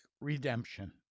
Redemption